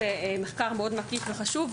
זה מחקר מאוד מקיף וחשוב,